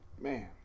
Man